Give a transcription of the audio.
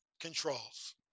controls